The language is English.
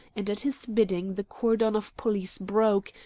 and at his bidding the cordon of police broke,